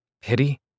Pity